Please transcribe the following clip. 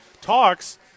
Talks